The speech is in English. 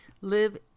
live